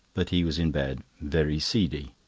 but he was in bed, very seedy,